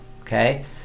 Okay